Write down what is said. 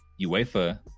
UEFA